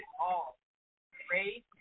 all—race